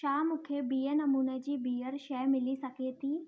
छा मूंखे ॿिए नमूने जी ॿीहर शइ मिली सघे थी